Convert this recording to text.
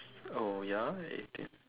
oh ya eighteen